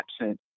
absent